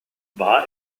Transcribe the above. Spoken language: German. war